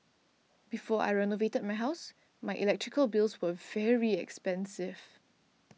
before I renovated my house my electrical bills were very expensive